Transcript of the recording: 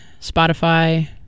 Spotify